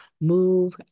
move